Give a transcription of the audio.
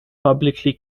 publicly